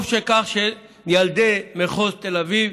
טוב שילדי מחוז תל אביב,